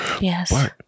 Yes